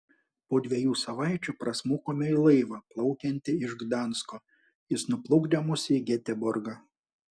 po dviejų savaičių prasmukome į laivą plaukiantį iš gdansko jis nuplukdė mus į geteborgą